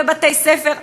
בתי-ספר,